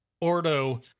Ordo